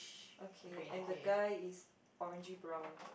okay and the guy is orangey brown